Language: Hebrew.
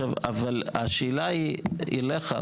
אבל השאלה היא אליך,